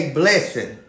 blessing